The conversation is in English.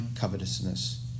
covetousness